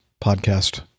podcast